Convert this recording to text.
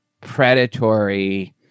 predatory